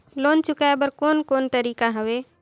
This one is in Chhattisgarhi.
लोन चुकाए बर कोन कोन तरीका हवे?